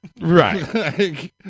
Right